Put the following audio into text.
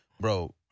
Bro